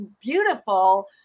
beautiful